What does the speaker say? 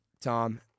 Tom